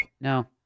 No